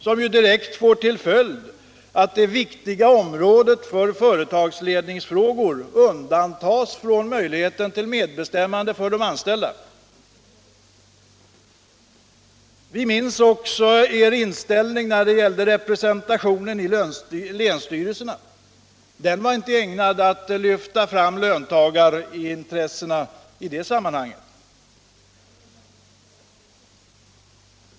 Det får direkt till följd att det viktiga området företagsledningsfrågor undantas från möjligheten till medbestämmande för de anställda. Vi minns också er inställning när det gällde representationen i länsstyrelserna. Den var inte ägnad att lyfta fram löntagarintressena!